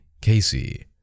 Casey